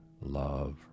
love